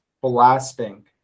blasting